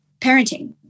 parenting